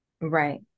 Right